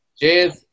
Cheers